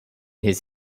his